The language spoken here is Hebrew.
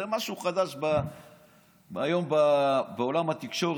זה משהו חדש היום בעולם התקשורת.